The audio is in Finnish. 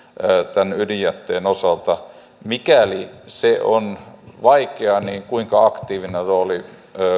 tämän ydinjätteen osalta mikäli se on vaikeaa niin kuinka aktiivinen rooli